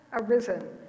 arisen